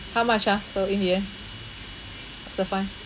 how much ah so in the end what's the fine